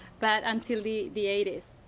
but until the the eighty s.